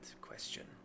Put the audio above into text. question